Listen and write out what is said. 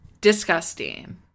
disgusting